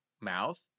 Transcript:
mouth